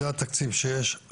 זה התקציב שיש,